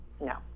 no